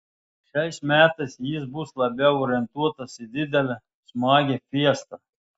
šiais metais jis bus labiau orientuotas į didelę smagią fiestą